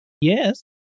Yes